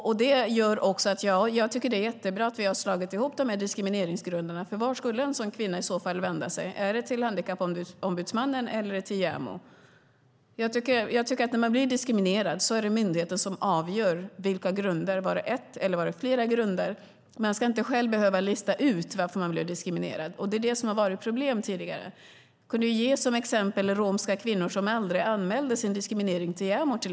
Det här gör också att jag tycker att det är jättebra att vi har slagit ihop de här diskrimineringsgrunderna. Vart skulle en sådan kvinna annars vända sig? Är det till Handikappombudsmannen eller till JämO? Jag tycker att det, när man blir diskriminerad, ska vara myndigheten som avgör vilka grunder det är. Är det en eller flera grunder? Man ska inte själv behöva lista ut varför man blev diskriminerad. Det är det som har varit ett problem tidigare. Jag kan som exempel nämna romska kvinnor som aldrig anmälde sin diskriminering till JämO.